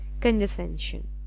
condescension